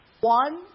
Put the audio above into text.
one